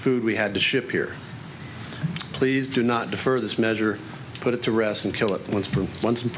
food we had to ship here please do not defer this measure put it to rest and kill it once prove once and